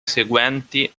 seguenti